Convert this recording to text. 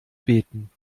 beten